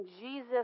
Jesus